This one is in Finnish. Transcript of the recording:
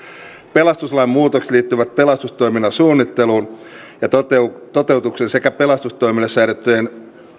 pelastuslain muutokset liittyvät pelastustoiminnan suunnitteluun ja toteutukseen sekä pelastustoimelle säädettyjen